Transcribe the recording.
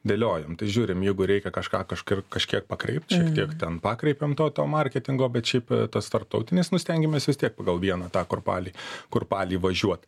dėliojam tai žiūrim jeigu reikia kažką kažkur kažkiek pakreip tiek ten pakreipiam to to marketingo bet šiaip tas tarptautinės nu stengiamės vis tiek pagal vieną tą kurpalį kurpalį važiuot